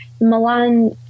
Milan